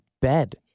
bed